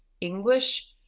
english